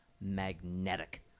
magnetic